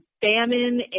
famine